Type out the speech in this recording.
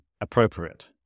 appropriate